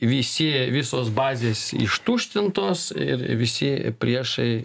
visi visos bazės ištuštintos ir visi priešai